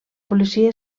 policia